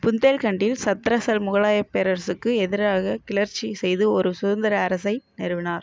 புந்தேல்கண்டில் சத்ரசல் முகலாயப் பேரரசுக்கு எதிராகக் கிளர்ச்சி செய்து ஒரு சுதந்திர அரசை நிறுவினார்